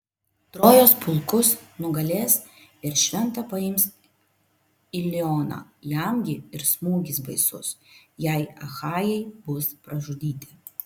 trojos pulkus nugalės ir šventą paims ilioną jam gi ir smūgis baisus jei achajai bus pražudyti